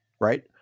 right